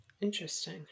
Interesting